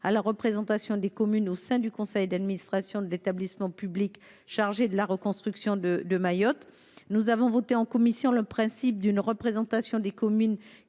la représentation des communes au sein du conseil d’administration de l’établissement public chargé de la reconstruction de Mayotte. Nous avons adopté en commission le principe d’une représentation des communes